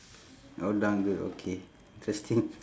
oh dangdut okay interesting